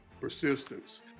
persistence